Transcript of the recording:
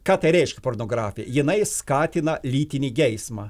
ką tai reiškia pornografija jinai skatina lytinį geismą